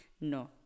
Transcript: No